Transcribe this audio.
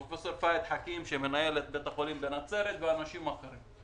עם פרופ' פהד חכים שמנהל את בית החולים בנצרת ועם אנשים אחרים.